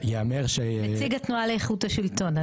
נציג התנועה לאיכות השלטון.